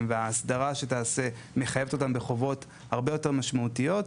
וההסדרה שתעשה מחייבת אותם בחובות הרבה יותר משמעותיות,